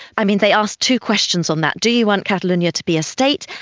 i mean, they asked two questions on that do you want catalonia to be a state?